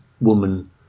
woman